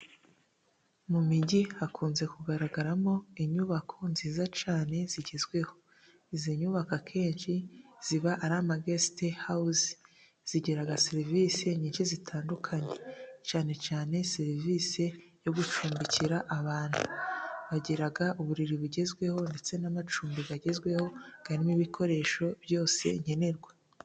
Mu mijyi hakunze kugaragaramo inyubako nziza cyane zigezweho. Izi nyubako akenshi ziba ari ama gesiti hawuze, zigira serivisi nyinshi zitandukanye cyane cyane serivisi yo gucumbikira abantu, bagira uburiri bugezweho ndetse n'amacumbi agezweho harimo ibikoresho byose nkenerwa.